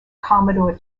commodore